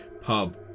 pub